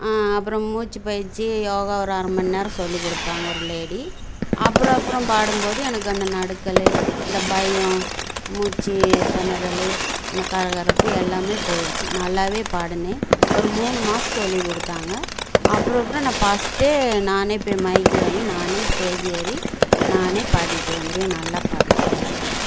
அப்புறம் மூச்சு பயிற்சி யோகா ஒரு அரை மணிநேரம் சொல்லிக் கொடுப்பாங்க ஒரு லேடி அப்புறம் அப்புறம் பாடும் போது எனக்கு அந்த நடுக்கல்லு இந்த பயம் மூச்சி திணறலு அந்த கரகரப்பு எல்லாம் போயிடுச்சு நல்லாவே பாடினே ஒரு மூணு மாஸ் சொல்லிக் கொடுத்தாங்க அப்புறம் அப்புறம் நான் பஸ்ட்டே நானே போய் மைக்கு வாங்கி நானே ஸ்டேஜ் ஏறி நானே பாடிட்டு வந்துடுவேன் நல்லா பாடிட்டு வந்துடுவேன்